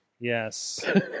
Yes